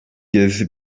gezisi